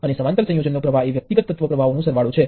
હવે આ સંયોજન છે